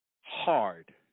hard